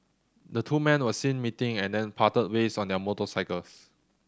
the two men were seen meeting and then parted ways on their motorcycles